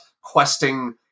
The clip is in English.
questing